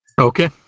Okay